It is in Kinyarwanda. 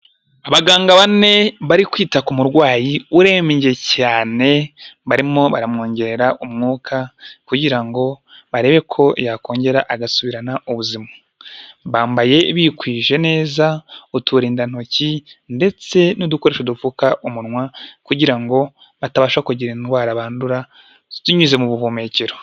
Abaganga bane bari kwita ku murwayi urembye cyane barimo baramwongerera umwuka kugira ngo barebe ko yakongera agasubirana ubuzima. Bambaye bikwije neza uturindantoki ndetse n'udukoresho dupfuka umunwa kugira ngo batabasha kugira indwara bandura zinyuze mu buhumekero.